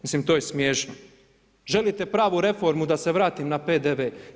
Mislim to je smiješno, želite pravu reformu da se vrati na PDV.